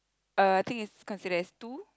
uh I think it's considered as two